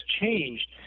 changed